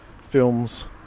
films